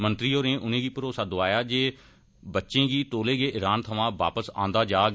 मंत्री होरें उनें गी भरोसा दौआया जे बच्चे गी तौले गै ईरान थमां वापस औंदा जाग